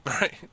Right